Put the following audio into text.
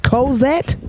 Cosette